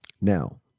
Now